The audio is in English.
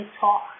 talk